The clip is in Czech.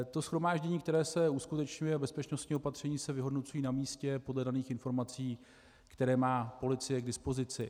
To shromáždění, které se uskutečňuje, a bezpečnostní opatření se vyhodnocují na místě podle daných informací, které má policie k dispozici.